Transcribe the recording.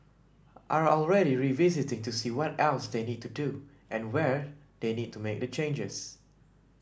are already revisiting to see what else they need to do and where they need to make the changes